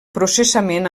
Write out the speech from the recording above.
processament